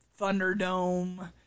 Thunderdome